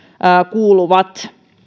kuuluvat